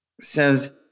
says